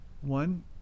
one